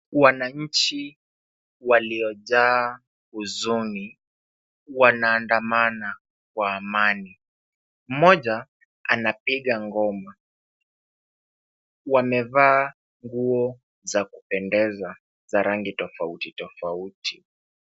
Wananchi waliojaa huzuni wanaandamana kwa amani. Mmoja anapiga ngoma. Wamevaa nguo za kupendeza za rangi tofauti tofauti.